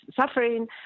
suffering